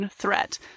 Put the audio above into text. threat